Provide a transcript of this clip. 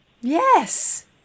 yes